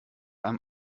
einem